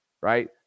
right